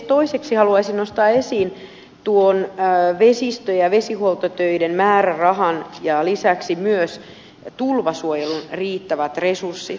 toiseksi haluaisin nostaa esiin tuon vesistö ja vesihuoltotöiden määrärahan ja lisäksi myös tulvasuojelun riittävät resurssit